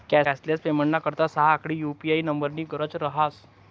cashless पेमेंटना करता सहा आकडी यु.पी.आय नम्बरनी गरज रहास